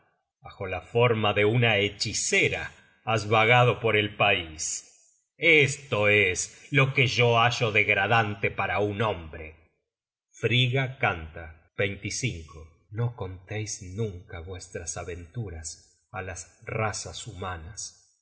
bajo la forma de una hechicera has vagado por el pais esto es lo que yo hallo degradante para un hombre frigga canta no conteis nunca vuestras aventuras á las razas humanas